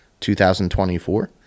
2024